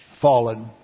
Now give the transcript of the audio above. fallen